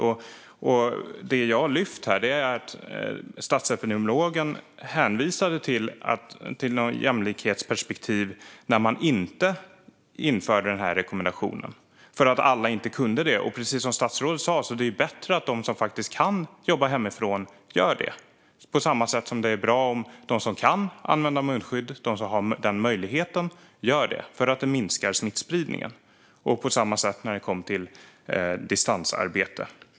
Det som jag har lyft fram här är att statsepidemiologen hänvisade till något jämlikhetsperspektiv när man inte införde denna rekommendation, för att alla inte kunde jobba hemifrån. Precis som statsrådet sa är det bättre att de som faktiskt kan jobba på distans hemifrån gör det, på samma sätt som det är bra att de som kan använda munskydd och har den möjligheten gör det för att det minskar smittspridningen.